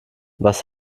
was